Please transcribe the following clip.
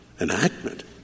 enactment